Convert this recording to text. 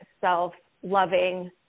self-loving